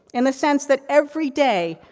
in the sense that every day,